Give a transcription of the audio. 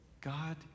God